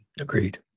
Agreed